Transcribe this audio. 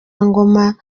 ngoma